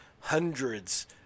hundreds